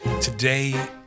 today